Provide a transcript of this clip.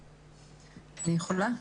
כן, אני יכולה.